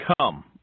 Come